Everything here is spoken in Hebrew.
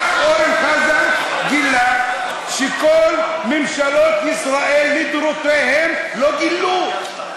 מה אורן חזן גילה שכל ממשלות ישראל לדורותיהן לא גילו?